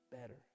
better